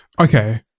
Okay